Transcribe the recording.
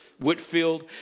Whitfield